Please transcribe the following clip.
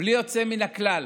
בלי יוצא מן הכלל,